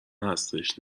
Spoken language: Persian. هستش